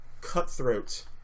cutthroat